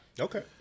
Okay